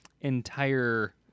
entire